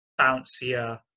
bouncier